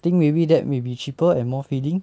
I think maybe that may be cheaper and more filling